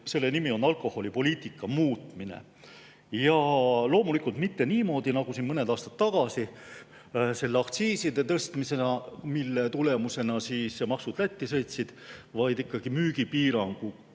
Selle nimi on alkoholipoliitika muutmine. Loomulikult mitte niimoodi, nagu siin mõned aastad tagasi tehti aktsiise tõstes, mille tulemusena maksud Lätti sõitsid, vaid ikkagi müügipiirangutega.